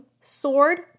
sword